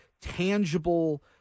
tangible